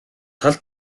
тал